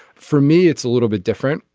for me it's a little bit different.